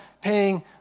paying